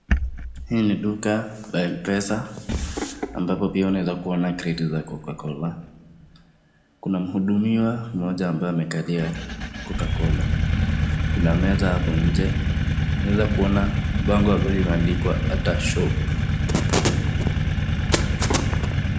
Hii ni duka la Mpesa ambapo unaweza kuona crate za cocacola. Kuna mhudumiwa mmoja ambaye amevalia cocacola. Kuna meza hapo nje. Unaezakuona bango ambalo limeandikwa Atah shop.